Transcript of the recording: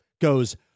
goes